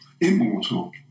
immortal